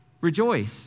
rejoice